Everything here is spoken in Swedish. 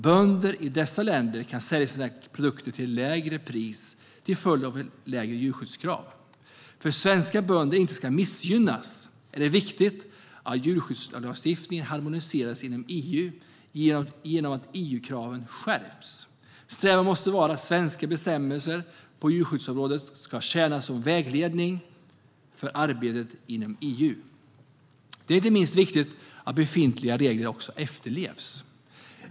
Bönder i dessa länder kan sälja sina produkter till lägre pris till följd av lägre djurskyddskrav. För att svenska bönder inte ska missgynnas är det viktigt att djurskyddslagstiftningen harmoniseras inom EU genom att EU-kraven skärps. Strävan måste vara att svenska bestämmelser på djurskyddsområdet ska tjäna som vägledning för arbetet inom EU. Inte minst är det viktigt att befintliga regler efterlevs.